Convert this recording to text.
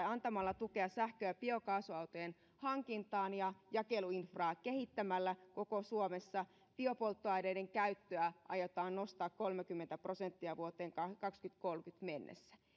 antamalla tukea sähkö ja biokaasuautojen hankintaan ja jakeluinfraa kehittämällä koko suomessa biopolttoaineiden käyttöä aiotaan nostaa kolmekymmentä prosenttia vuoteen kaksituhattakolmekymmentä mennessä